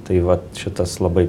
tai vat šitas labai